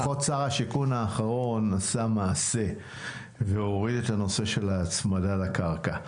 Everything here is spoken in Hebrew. לפחות שר השיכון האחרון עשה מעשה והוריד את הנושא של ההצמדה לקרקע.